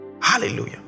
Hallelujah